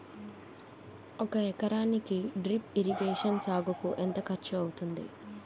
ఒక ఎకరానికి drip irrigation సాగుకు ఎంత ఖర్చు అవుతుంది?